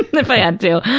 if i had to.